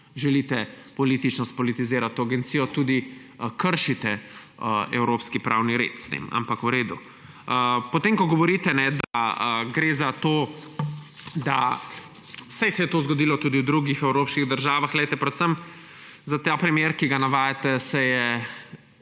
želite politično spolitizirati to agencijo, tudi kršite evropski pravni red s tem. Ampak v redu. Ko govorite, da saj se je to zgodilo tudi v drugih evropskih državah. Glejte, predvsem za ta primer, ki ga navajate, se je